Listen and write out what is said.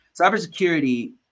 Cybersecurity